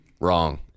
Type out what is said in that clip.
Wrong